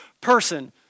person